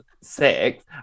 six